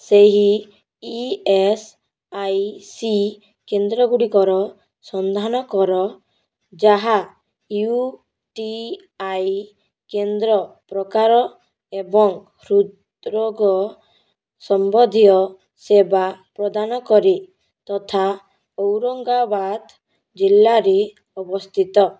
ସେହି E S I C କେନ୍ଦ୍ର ଗୁଡ଼ିକର ସନ୍ଧାନ କର ଯାହା ୟୁ ଟି ଆଇ କେନ୍ଦ୍ର ପ୍ରକାର ଏବଂ ହୃଦ୍ରୋଗ ସମ୍ବନ୍ଧୀୟ ସେବା ପ୍ରଦାନ କରେ ତଥା ଔରଙ୍ଗାବାଦ ଜିଲ୍ଲାରେ ଅବସ୍ଥିତ